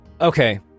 Okay